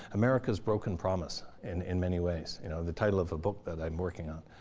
america's broken promise in many ways you know the title of a book that i'm working on.